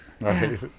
right